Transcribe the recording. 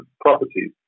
properties